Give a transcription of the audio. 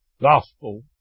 gospel